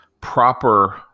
proper